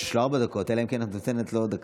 ארבע דקות, אלא אם כן את נותנת לו עוד דקה.